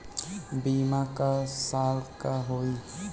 बीमा क साल क होई?